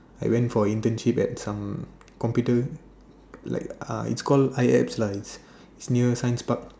I went for internship at some computer like uh it's called iLabs lah it's near science park